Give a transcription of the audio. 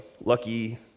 lucky